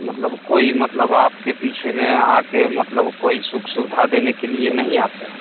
मतलब कोई मतलब आपके पीछे में आ आके मतलब कोई सुख सुविधा देने के लिए नहीं आते हैं